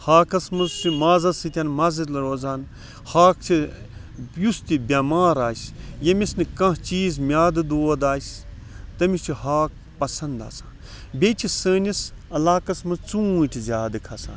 ہاکَس مَنٛز چھُ مازَس سۭتۍ مَزٕ روزان ہاکھ چھُ یُس تہِ بیٚمار آسہِ ییٚمِس نہٕ کانٛہہ چیٖز میادٕ دود آسہِ تمِس چھُ ہاکھ پَسَنٛد آسان بیٚیہِ چھِ سٲنِس عَلاقَس مَنٛز ژونٛٹھۍ زیادٕ کھسَان